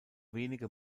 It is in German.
wenige